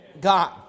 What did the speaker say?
God